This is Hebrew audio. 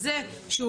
זה לא,